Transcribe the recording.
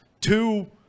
two